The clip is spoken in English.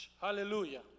Hallelujah